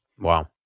Wow